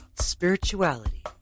spirituality